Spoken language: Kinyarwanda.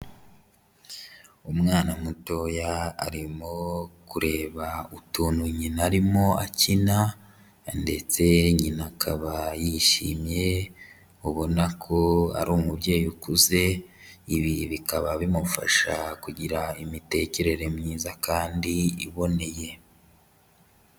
Umwana mutoya arimo kureba utuntu nyina arimo akina ndetse nyina akaba yishimye, ubona ko ari umubyeyi ukuze, ibi bikaba bimufasha kugira imitekerere myiza kandi iboneye.